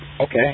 Okay